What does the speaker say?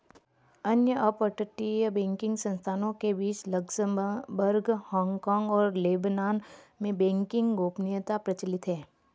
अन्य अपतटीय बैंकिंग संस्थानों के बीच लक्ज़मबर्ग, हांगकांग और लेबनान में बैंकिंग गोपनीयता प्रचलित है